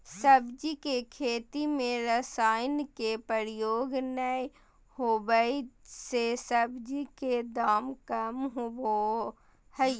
सब्जी के खेती में रसायन के प्रयोग नै होबै से सब्जी के दाम कम होबो हइ